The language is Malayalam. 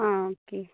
ആ ഓക്കേ